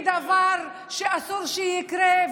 היא דבר שאסור שיקרה,